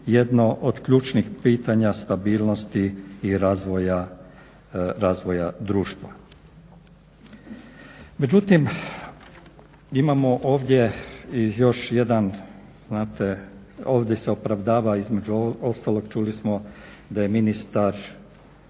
jedno od ključnih pitanja stabilnosti i razvoja društva. Međutim, imamo ovdje i još jedan, znate ovdje se opravdava, između ostalog čuli smo da je ministar